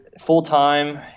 full-time